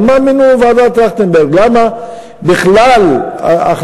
על מה מינו את ועדת טרכטנברג?